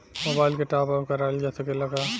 Mobile के top up कराइल जा सकेला का?